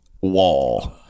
wall